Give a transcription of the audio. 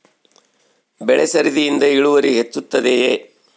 ಬೆಳೆ ಸರದಿಯಿಂದ ಇಳುವರಿ ಹೆಚ್ಚುತ್ತದೆಯೇ?